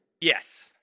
Yes